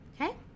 okay